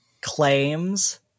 claims